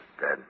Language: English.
dead